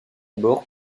bord